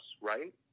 right